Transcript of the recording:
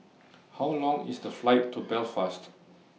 How Long IS The Flight to Belfast